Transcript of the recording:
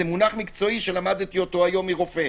זה מונח מקצועי שלמדתי היום מרופא.